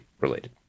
related